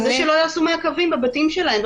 על זה שלא יעשו מעקבים בבתים שלהן,